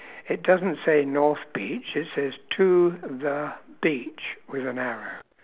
it doesn't say north beach it says to the beach with an arrow